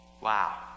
Wow